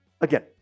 Again